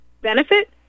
benefit